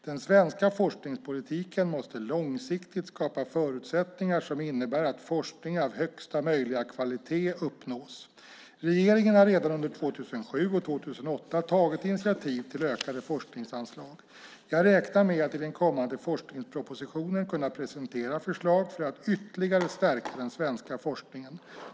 Den svenska forskningspolitiken måste långsiktigt skapa förutsättningar som innebär att forskning av högsta möjliga kvalitet uppnås. Regeringen har redan under 2007 och 2008 tagit initiativ till ökade forskningsanslag. Jag räknar med att i den kommande forskningspropositionen kunna presentera förslag för att ytterligare stärka den svenska forskningen.